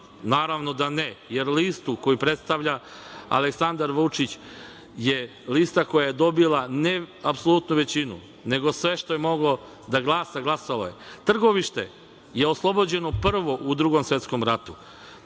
Naravno da ne. Jer, lista koju predstavlja Aleksandar Vučić je lista koja je dobila ne apsolutnu većinu nego sve što je moglo da glasa, glasalo je. Trgovište je u Drugom svetskom ratu